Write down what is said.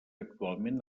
actualment